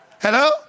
Hello